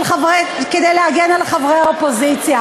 כדי להגן על חברי האופוזיציה.